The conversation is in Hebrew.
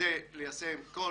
כדי ליישם כל